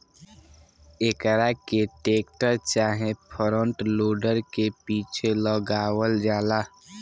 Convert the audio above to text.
एकरा के टेक्टर चाहे फ्रंट लोडर के पीछे लगावल जाला